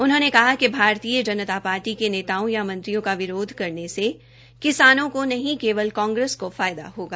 उन्होंने कहा कि भारतीय जनता पार्टी के नेताओं या मंत्रियों का विरोध करने से किसानों को नहीं केवल कांग्रेस को फायदा होगा